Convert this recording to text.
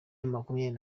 makumyabiri